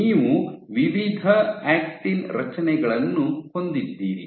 ನೀವು ವಿವಿಧ ಆಕ್ಟಿನ್ ರಚನೆಗಳನ್ನು ಹೊಂದಿದ್ದೀರಿ